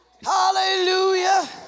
hallelujah